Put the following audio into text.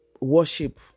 Worship